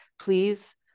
please